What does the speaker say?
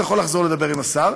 אתה יכול לחזור לדבר עם השר,